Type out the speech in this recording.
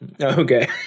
Okay